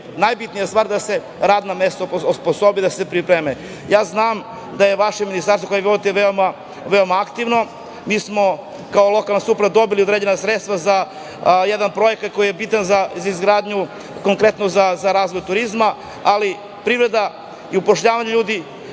najbitnija stvar da se radna mesta osposobe. Znam da je vaše ministarstvo koje vodite veoma aktivno. Mi smo kao lokalna samouprava dobili određena sredstva za jedan projekat koji je bitan za izgradnju, konkretno za razvoj turizma. Ali, privreda i zapošljavanje ljudi